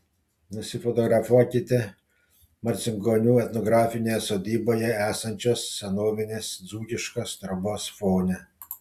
nusifotografuokite marcinkonių etnografinėje sodyboje esančios senovinės dzūkiškos trobos fone